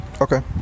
okay